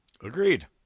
Agreed